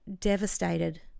devastated